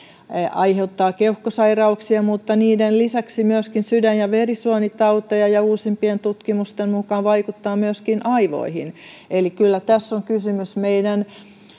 aiheuttavat keuhkosairauksia mutta niiden lisäksi myöskin sydän ja verisuonitauteja ja uusimpien tutkimusten mukaan vaikuttavat myöskin aivoihin eli kyllä tässä on kysymys